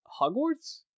Hogwarts